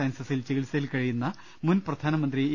സയൻസസിൽ ചികിത്സയിൽ കഴിയുന്ന മുൻ പ്രധാനമന്ത്രി എ